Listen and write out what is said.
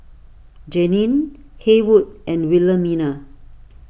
Jeanine Haywood and Wilhelmina